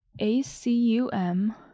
ACUM